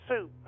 soup